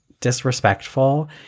disrespectful